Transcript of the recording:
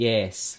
Yes